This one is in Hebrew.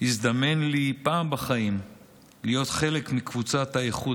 הזדמן לי פעם בחיים להיות חלק מקבוצת האיכות